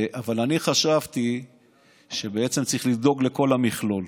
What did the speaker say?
אבל אני חשבתי שבעצם צריך לדאוג לכל המכלול.